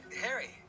Harry